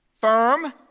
firm